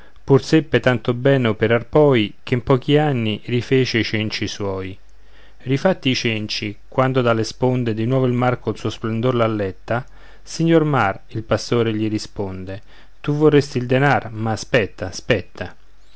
pur seppe tanto bene operar poi che in pochi anni rifece i cenci suoi rifatti i cenci quando dalle sponde di nuovo il mar col suo splendor l'alletta signor mar il pastore gli risponde tu vorresti il denar ma aspetta aspetta